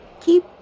keep